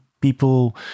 People